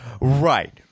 right